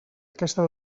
aquesta